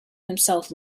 himself